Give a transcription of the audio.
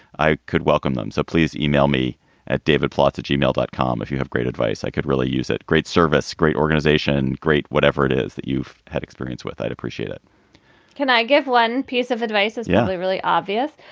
i could welcome them. so please email me at david plotz at g m. dot com. if you have great advice i could really use it. great service, great organization, great. whatever it is that you've had experience with, i'd appreciate it can i give one piece of advice? is yeah really really obvious?